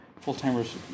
full-timers